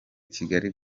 kigali